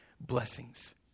blessings